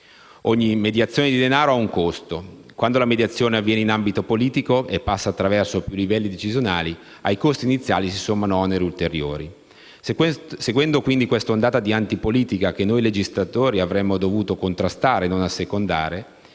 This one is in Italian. Ogni mediazione di denaro ha un costo: quando la mediazione avviene in ambito politico e passa attraverso più livelli decisionali, ai costi iniziali si sommano oneri ulteriori. Seguendo quindi questa ondata di antipolitica, che noi legislatori avremmo dovuto contrastare e non assecondare,